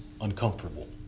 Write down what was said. uncomfortable